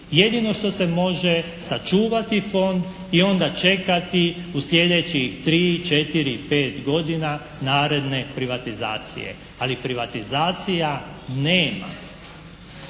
Jedino što se može sačuvati Fond i onda čekati u sljedećih tri, četiri, pet godina naredne privatizacije. Ali privatizacija nema.